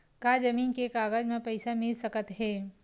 का जमीन के कागज म पईसा मिल सकत हे?